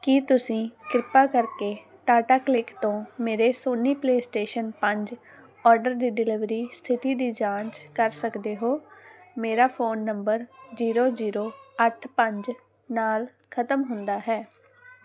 ਕੀ ਤੁਸੀਂ ਕਿਰਪਾ ਕਰਕੇ ਟਾਟਾ ਕਲਿਕ ਤੋਂ ਮੇਰੇ ਸੋਨੀ ਪਲੇਅਸਟੇਸ਼ਨ ਪੰਜ ਆਰਡਰ ਦੀ ਡਿਲਿਵਰੀ ਸਥਿਤੀ ਦੀ ਜਾਂਚ ਕਰ ਸਕਦੇ ਹੋ ਮੇਰਾ ਫ਼ੋਨ ਨੰਬਰ ਜ਼ੀਰੋ ਜ਼ੀਰੋ ਅੱਠ ਪੰਜ ਨਾਲ ਖਤਮ ਹੁੰਦਾ ਹੈ